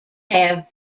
have